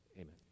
Amen